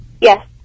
Yes